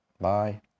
bye